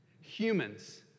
humans